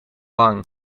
wang